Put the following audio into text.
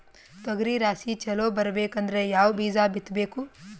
ತೊಗರಿ ರಾಶಿ ಚಲೋ ಬರಬೇಕಂದ್ರ ಯಾವ ಬೀಜ ಬಿತ್ತಬೇಕು?